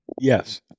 yes